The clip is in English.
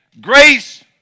grace